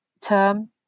term